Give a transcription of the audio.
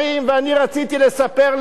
ואני רציתי לספר להם,